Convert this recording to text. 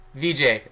VJ